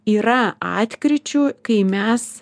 yra atkryčių kai mes